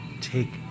Take